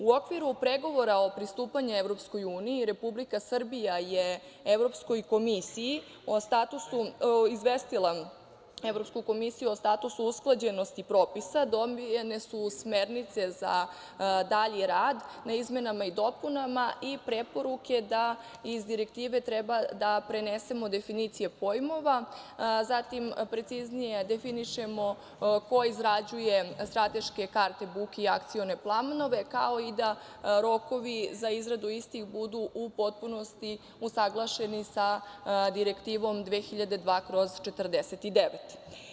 U okviru pregovora o pristupanju EU, Republika Srbija je izvestila Evropsku komisiju o usklađenosti propisa, dobijene su smernice za dalji rad na izmenama i dopunama i preporuke da iz direktive treba da prenesemo definicije pojmova, zatim preciznije definišemo ko izrađuje strateške karte buke i akcione planove, kao i da rokovi za izradu istih u potpunosti budu usaglašeni sa direktivom 2002/49.